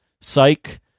Psych